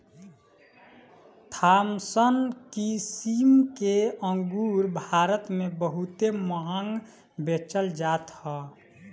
Thompson किसिम के अंगूर भारत में बहुते महंग बेचल जात हअ